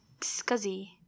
Scuzzy